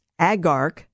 agar